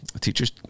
teachers